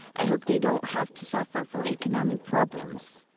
i hope they don't have to suffer from economic problems.